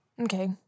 Okay